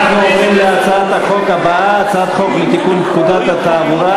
אנחנו עוברים להצעת החוק הבאה: הצעת חוק לתיקון פקודת התעבורה